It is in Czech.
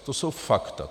To jsou fakta.